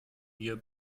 wir